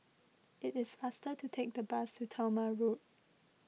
it is faster to take the bus to Talma Road